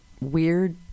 weird